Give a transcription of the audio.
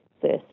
first